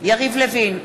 יריב לוין,